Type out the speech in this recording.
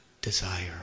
desire